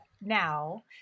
now